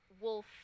Wolf